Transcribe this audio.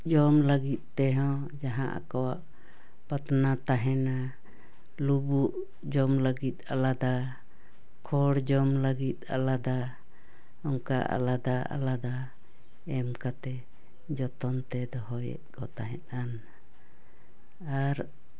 ᱡᱚᱢ ᱞᱟᱹᱜᱤᱫ ᱛᱮᱦᱚᱸ ᱡᱟᱦᱟᱸ ᱟᱠᱚᱣᱟᱜ ᱯᱟᱛᱱᱟ ᱛᱟᱦᱮᱱᱟ ᱞᱩᱵᱩᱜ ᱡᱚᱢ ᱞᱟᱹᱜᱤᱫ ᱟᱞᱟᱫᱟ ᱠᱷᱚᱲ ᱡᱚᱢ ᱞᱟᱹᱜᱤᱫ ᱟᱞᱟᱫᱟ ᱚᱱᱠᱟ ᱟᱞᱟᱫᱟ ᱟᱞᱟᱫᱟ ᱮᱢ ᱠᱟᱛᱮ ᱡᱚᱛᱚᱱ ᱛᱮ ᱫᱚᱦᱚᱭᱮᱫ ᱠᱚ ᱛᱟᱦᱮᱫ ᱟᱱ ᱟᱨ